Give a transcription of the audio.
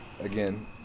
again